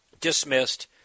dismissed